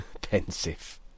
Pensive